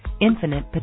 infinite